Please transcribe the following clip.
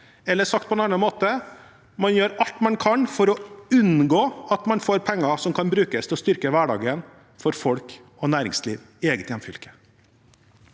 eller sagt på en annen måte: Man gjør alt man kan for å unngå at man får penger som kan brukes til å styrke hverdagen for folk og næringsliv i eget hjemfylke.